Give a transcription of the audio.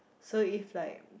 so if like